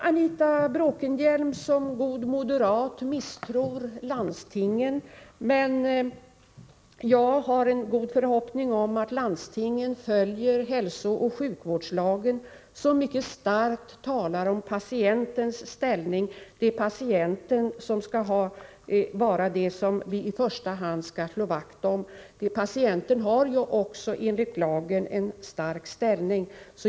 Anita Bråkenhielm som god moderat misstror landstingen. Men jag har en god förhoppning om att landstingen följer hälsooch sjukvårdslagen, som mycket starkt talar om patientens ställning. Det är patienten som vi i första hand skall slå vakt om. Patienten har enligt lagen en stark ställning.